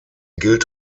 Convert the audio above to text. gilt